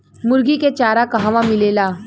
मुर्गी के चारा कहवा मिलेला?